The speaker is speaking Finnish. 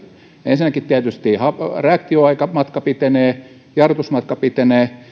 ensinnäkin tietysti reaktioaika pitenee ja jarrutusmatka pitenee